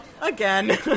Again